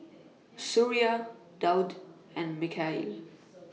Suria Daud and Mikhail